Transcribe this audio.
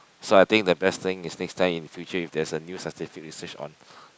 so I think the best thing is next time in future if there's a new scientific research on